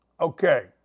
Okay